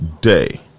Day